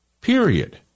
Period